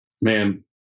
man